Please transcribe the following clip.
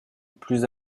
plus